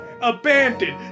abandoned